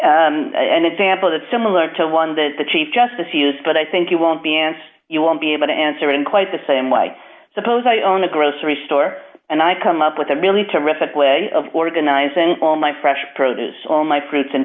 you an example that's similar to one that the chief justice used but i think you won't be and you won't be able to answer it in quite the same way i suppose i own a grocery store and i come up with a really terrific way of organizing all my fresh produce all my fr